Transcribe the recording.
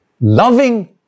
Loving